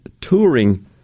touring